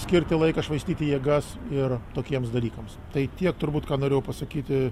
skirti laiką švaistyti jėgas ir tokiems dalykams tai tiek turbūt ką norėjau pasakyti